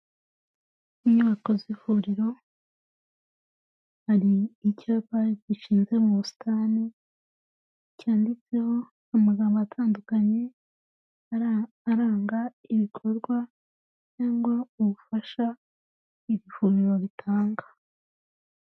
Inyubako z'ivuriro hari icyapa gishinze mu busitani, cyanditseho amagambo atandukanye aranga ibikorwa cyangwa ubufasha iri vuriro ritanga.